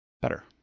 better